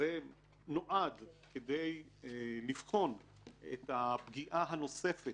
שנועד כדי לבחון את הפגיעה הנוספת